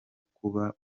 kuba